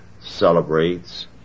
celebrates